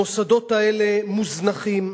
המוסדות האלה מוזנחים,